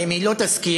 ואם היא לא תסכים,